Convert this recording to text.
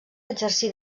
exercí